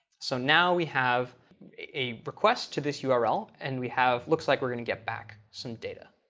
so now we have a request to this yeah url, and we have looks like we're going to get back some data.